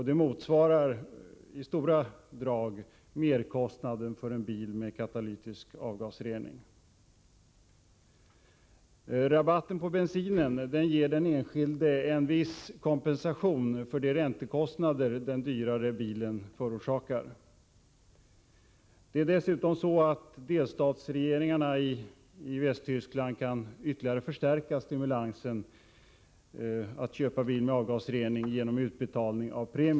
Det motsvarar i stora drag merkostnaden för en bil med katalytisk avgasrening. Rabatten på bensin ger den enskilde en viss kompensation för de räntekostnader den dyrare bilen förosakar. Dessutom kan delstatsregeringarna i Västtyskland genom utbetalning av premier ytterligare förstärka stimulansen att köpa bil med avgasrening.